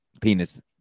penis